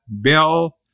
Bill